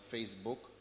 Facebook